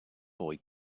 boy